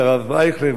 את הרב אייכלר,